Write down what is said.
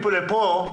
תיקון התוספת.